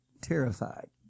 terrified